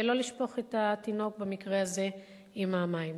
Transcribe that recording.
ולא לשפוך את התינוק במקרה הזה עם המים.